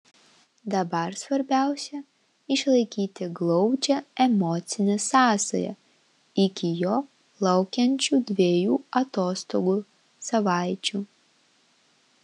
dabar svarbiausia išlaikyti glaudžią emocinę sąsają iki jo laukiančių dviejų atostogų savaičių